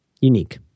unique